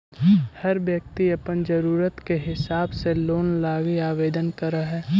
हर व्यक्ति अपन ज़रूरत के हिसाब से लोन लागी आवेदन कर हई